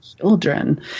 children